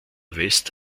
west